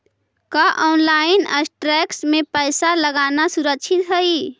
का online stocks में पैसा लगाना सुरक्षित हई